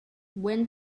when